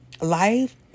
life